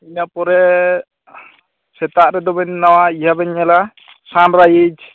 ᱤᱱᱟᱹ ᱯᱚᱨᱮ ᱥᱮᱛᱟᱜ ᱨᱮᱫᱚ ᱵᱮᱱ ᱱᱚᱣᱟ ᱤᱭᱟᱹ ᱵᱮᱱ ᱧᱮᱞᱟ ᱥᱟᱱ ᱨᱟᱭᱤᱡᱽ